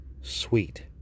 Sweet